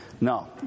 No